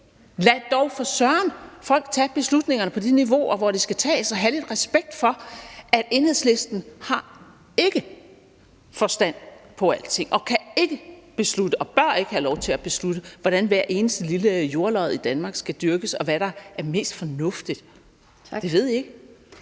Lad dog for søren folk tage beslutningerne på de niveauer, hvor de skal tages, og hav lidt respekt for, at Enhedslisten ikke har forstand på alting og ikke kan beslutte og ikke bør have lov til at beslutte, hvordan hvert eneste lille jordlod i Danmark skal dyrkes, og hvad der er mest fornuftigt. Det ved I ikke.